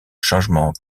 changement